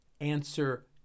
answer